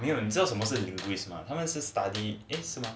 没有你知道什么是 linguists mah 他们是 study language lah